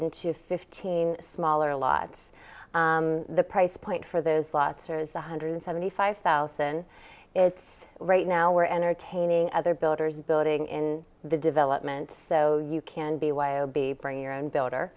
into fifteen smaller lots the price point for those lost hers a hundred seventy five thousand it's right now we're entertaining other builders building in the development so you can be y o b bring your own builder